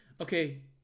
okay